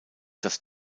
das